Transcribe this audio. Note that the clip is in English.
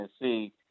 see